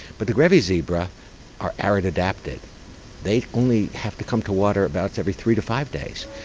but the grevy's zebra are arid adapted they only have to come to water about every three to five days.